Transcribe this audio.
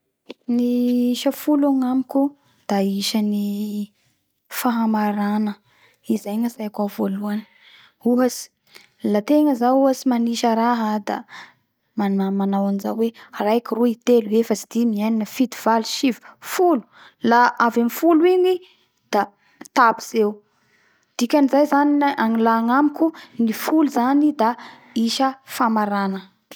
Ny isa folo agnamiko da isan'ny fahamarana. Izay no antsaiko ao voalohany. Ohatsy, ny La antegna zao ohatsy manisa raha da manao an'izao hoe: raiky roy, telo, efatry, dimy, enina, fito, valo, sivy, folo. Laha avy amin'ny folo igny da tapitsy eo. Dikan'izay zany gna a- laha agnamiko ny folo zany da isa famarana.